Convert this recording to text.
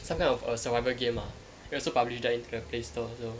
some kind of a survival game lah ya so we also published to the play store also